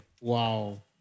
Wow